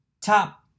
top